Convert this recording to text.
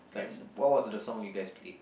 like what was the song you guys played